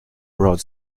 broad